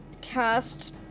cast